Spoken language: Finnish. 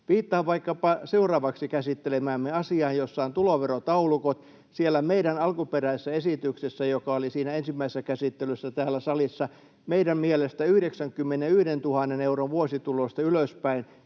Viittaan vaikkapa seuraavaksi käsittelemäämme asiaan, jossa on tuloverotaulukot. Siellä meidän alkuperäisessä esityksessä, joka oli ensimmäisessä käsittelyssä täällä salissa, meidän mielestämme 91 000 euron vuosituloista ylöspäin